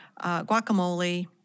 guacamole